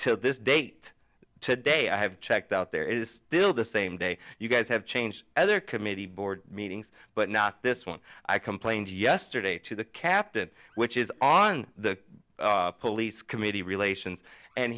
to this date today i have checked out there is still the same day you guys have changed other committee board meetings but not this one i complained yesterday to the captain which is on the police committee relations and